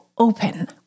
open